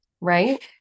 right